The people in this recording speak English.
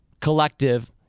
collective